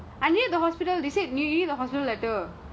I need the hospital they say they need the hospital letter